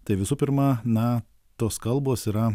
tai visų pirma na tos kalbos yra